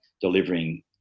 delivering